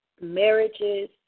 marriages